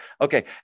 Okay